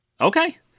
Okay